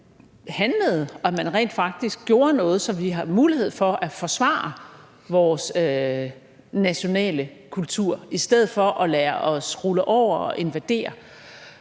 handlede og rent faktisk gjorde noget, så vi har en mulighed for at forsvare vores nationale kultur i stedet for at lade os rulle over og invadere.